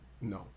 No